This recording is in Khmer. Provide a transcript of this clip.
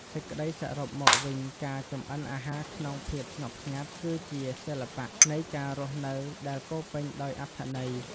សេចក្តីសរុបមកវិញការចម្អិនអាហារក្នុងភាពស្ងប់ស្ងាត់គឺជាសិល្បៈនៃការរស់នៅដែលពោរពេញដោយអត្ថន័យ។